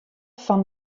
fan